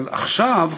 אבל עכשיו,